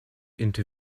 into